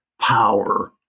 power